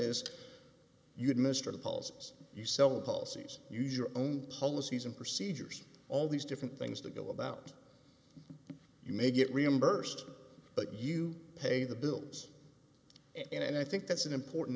is you'd mr the polls you sell the policies you your own policies and procedures all these different things that go about you may get reimbursed but you pay the bills and i think that's an important